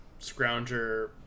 Scrounger